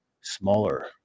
smaller –